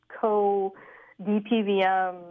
co-DPVM